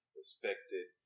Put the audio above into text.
respected